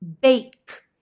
Bake